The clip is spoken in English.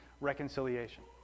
reconciliation